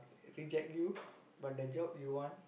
reject you but the job you want